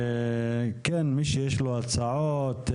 ומי שיש לו הצעות,